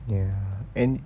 ya and